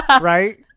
Right